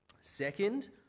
Second